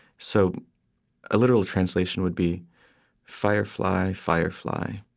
so a literal translation would be firefly, firefly,